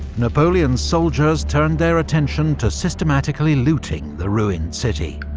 napoleon's soldiers turned their attention to systematically looting the ruined city,